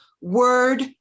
Word